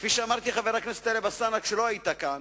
כפי שאמרתי, חבר הכנסת טלב אלסאנע, כשלא היית כאן,